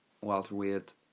welterweight